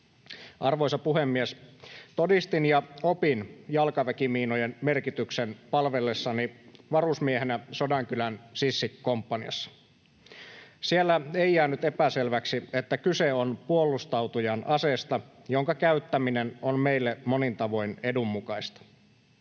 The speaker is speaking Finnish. Arvoisa puhemies! Todistin ja opin jalkaväkimiinojen merkityksen palvellessani varusmiehenä Sodankylän sissikomppaniassa. Siellä ei jäänyt epäselväksi, että kyse on puolustautujan aseesta, jonka käyttäminen on meille monin tavoin edun mukaista.